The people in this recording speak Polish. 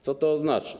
Co to oznacza?